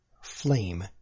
flame